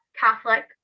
Catholic